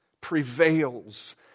prevails